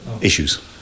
issues